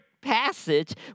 passage